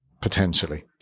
potentially